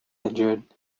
injured